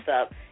up